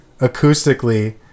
acoustically